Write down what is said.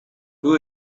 who